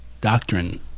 doctrine